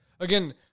Again